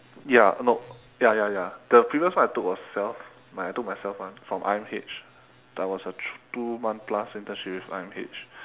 ya no ya ya ya the previous one I took was self my I took myself [one] from I_M_H that was a t~ two month plus internship with I_M_H